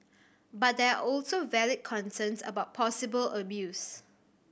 but there are also valid concerns about possible abuse